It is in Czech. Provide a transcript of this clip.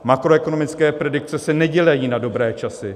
Makroekonomické predikce se nedělají na dobré časy.